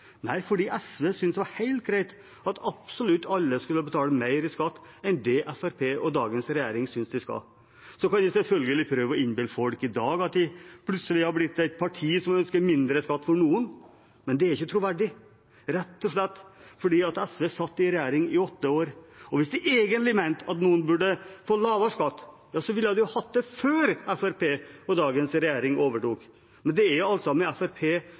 Nei, SV syntes det var helt greit at absolutt alle skulle betale mer i skatt enn det Fremskrittspartiet og dagens regjering synes de skal. Så kan de selvfølgelig prøve å innbille folk i dag at de plutselig har blitt et parti som ønsker mindre skatt for noen, men det er ikke troverdig – rett og slett fordi SV satt i regjering i åtte år. Og hvis de egentlig mente at noen burde få lavere skatt, ville de fått det før Fremskrittspartiet og dagens regjering overtok. Men det er altså med Fremskrittspartiet og dagens regjering at folk flest har fått lavere skatt, ikke med